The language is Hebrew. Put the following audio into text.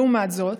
לעומת זאת,